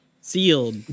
sealed